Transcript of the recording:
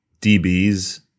DBs